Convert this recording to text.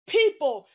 people